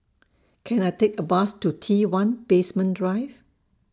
Can I Take A Bus to T one Basement Drive